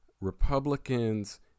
Republicans